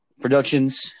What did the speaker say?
productions